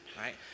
right